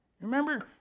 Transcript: Remember